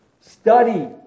Study